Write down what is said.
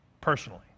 personally